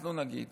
אנחנו נגיד